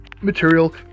material